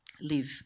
live